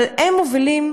אבל הם מובילים